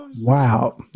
Wow